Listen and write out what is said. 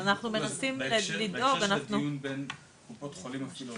אז אנחנו מנסים לדאוג --- בהקשר של דיון בין קופות חולים מפעילות